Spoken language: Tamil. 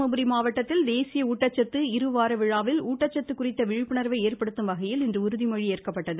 தருமபுரி மாவட்டத்தில் தேசிய ஊட்டச்சத்து இருவார விழாவில் ஊட்டச்சத்து குறித்த விழிப்புணர்வை ஏற்படுத்தும்வகையில் இன்று உறுதிமொழி ஏற்கப்பட்டது